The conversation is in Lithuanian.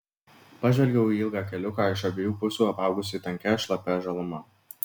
pažvelgiau į ilgą keliuką iš abiejų pusių apaugusį tankia šlapia žaluma